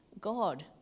god